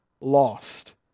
lost